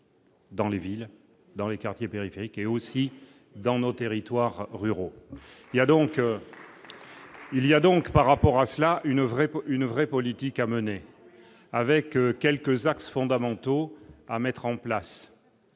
Dans les villes, dans les quartiers périphériques et aussi dans nos territoires ruraux, il y a donc. Il y a donc, par rapport à cela, une vraie, une vraie politique à mener avec quelques axes fondamentaux à mettre en place,